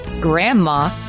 Grandma